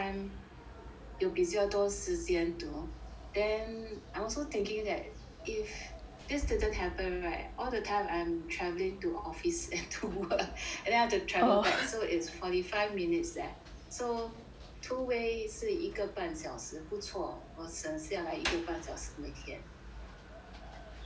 有比较多时间读 then I'm also thinking that if this didn't happen right all the time I'm travelling to office and to work and then I have to travel back so it's forty five minutes leh so two ways 是一个半小时不错我省下来一个半小时每天